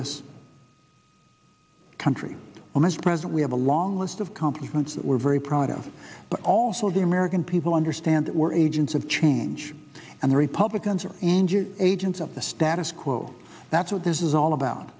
this country on this present we have a long list of complements that we're very proud of but also the american people understand that we're agents of change and the republicans are and your agents of the status quo that's what this is all about